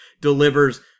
delivers